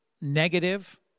negative